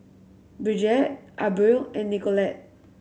Bridgett Abril and Nicolette